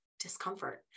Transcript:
discomfort